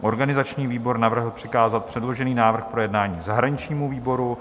Organizační výbor navrhl přikázat předložený návrh k projednání zahraničnímu výboru.